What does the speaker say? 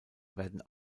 werden